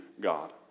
God